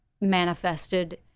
manifested